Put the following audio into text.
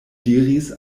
diris